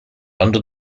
under